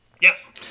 Yes